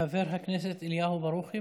חבר הכנסת אליהו ברוכי,